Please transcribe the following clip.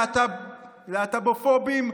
להט"בופובים.